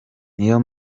niyo